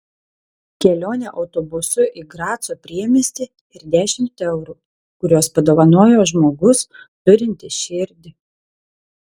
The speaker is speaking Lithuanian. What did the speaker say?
kelionė autobusu į graco priemiestį ir dešimt eurų kuriuos padovanojo žmogus turintis širdį